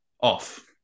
off